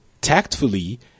tactfully